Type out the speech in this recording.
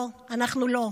לא, אנחנו לא,